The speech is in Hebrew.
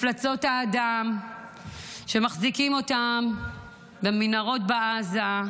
מפלצות האדם שמחזיקים אותם במנהרות בעזה,